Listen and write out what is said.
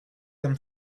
them